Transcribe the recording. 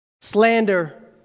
Slander